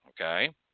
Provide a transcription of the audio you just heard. Okay